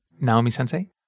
Naomi-sensei